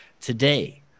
today